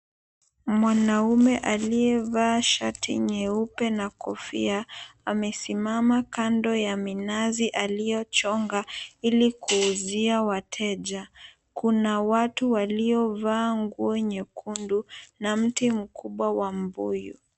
Mwanaume aliyevaa shati nyeupe na kofia, amesimama kando ya minazi aliyochonga ili kuuzia wateja. Kuna watu waliovaa nguo nyekundu na mti mkubwa wa mbuyu.